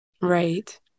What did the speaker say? Right